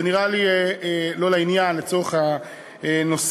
זה נראה לי לא לעניין לצורך הנושא.